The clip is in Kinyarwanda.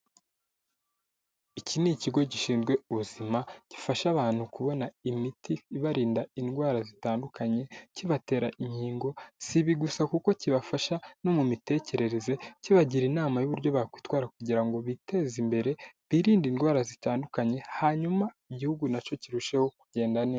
Iki ni ikigo gishinzwe ubuzima gifasha abantu kubona imiti ibarinda indwara zitandukanye, kibatera inkingo, sibi gusa kuko kibafasha no mu mitekerereze kibagira inama y'uburyo bakwitwara kugira ngo biteze imbere, birinde indwara zitandukanye, hanyuma igihugu na cyo kirusheho kugenda neza.